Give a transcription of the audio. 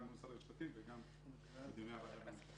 גם מול משרד המשפטים וגם בדיוני הוועדה.